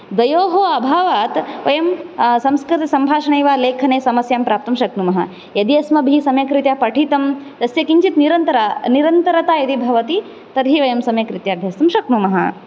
द्वयोः अभावात् वयं संस्कृतसम्भाषणे वा लेखने समस्यां प्राप्तुं शक्नुमः यदि अस्माभिः सम्यक्रीत्या पठितं यस्य किञ्चित् निरन्तर निरन्तरता यदि भवति तर्हि वयं सम्यक्रीत्या अभ्यस्तुं शक्नुमः